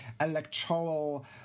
electoral